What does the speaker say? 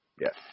yes